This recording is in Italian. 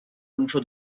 lucio